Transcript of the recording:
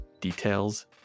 Details